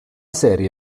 serie